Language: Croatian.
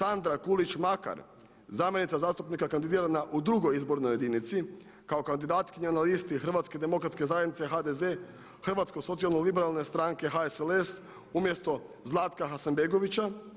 Sandra Kulić Makar zamjenica zastupnika kandidirana u 2. izbornoj jedinici kao kandidatkinja na listi Hrvatske demokratske zajednice HDZ, Hrvatsko socijalno-liberalne stranke HSLS umjesto Zlatka Hasanbegovića.